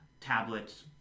tablets